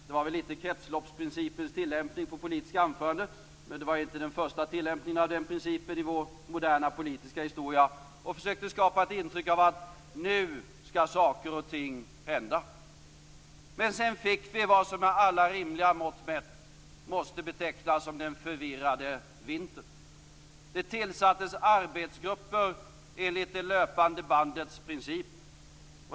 Det var väl lite av kretsloppsprincipens tillämpning på politiska anföranden, men det var inte den första tillämpningen av den principen i vår moderna politiska historia. Han försökte skapa ett intryck av: Nu skall saker och ting hända. Sedan fick vi vad som med alla rimliga mått mätt måste betecknas som den förvirrade vintern. Det tillsattes arbetsgrupper enligt det löpande bandets princip.